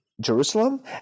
Jerusalem